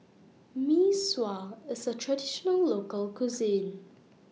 Mee Sua IS A Traditional Local Cuisine